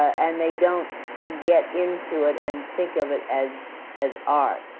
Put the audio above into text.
and they don't get into it and think of it as as art,